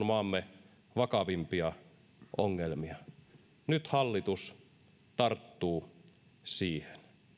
maamme vakavimpia ongelmia nyt hallitus tarttuu siihen